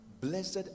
Blessed